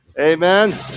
Amen